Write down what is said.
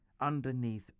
underneath